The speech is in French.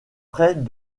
près